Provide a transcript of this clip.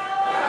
לא יפה.